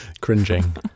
cringing